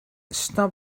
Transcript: stop